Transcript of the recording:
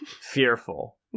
fearful